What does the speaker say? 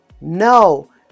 No